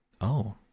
Oh